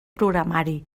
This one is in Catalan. programari